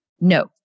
No